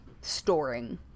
storing